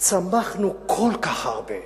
מאז צמחנו כל כך הרבה,